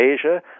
Asia